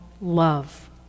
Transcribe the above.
love